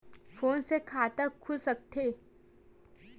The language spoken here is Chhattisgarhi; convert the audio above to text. फोन से खाता खुल सकथे?